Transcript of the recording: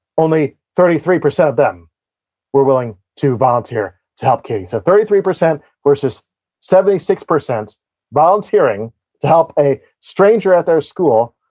only thirty three percent of them were willing to volunteer to help katie. so, thirty three percent versus seventy six percent volunteering to help a stranger at their school,